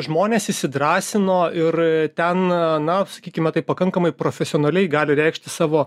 žmonės įsidrąsino ir ten na sakykime taip pakankamai profesionaliai gali reikšti savo